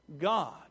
God